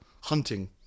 hunting